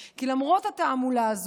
כי למרות התעמולה הזו,